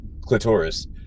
Clitoris